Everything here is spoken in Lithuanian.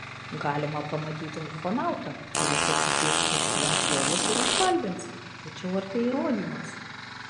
galima pamatyti ufonautą kuris atsisės prieš tave ant lovos ir užkalbins tačiau ar tai įrodymas